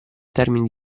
termini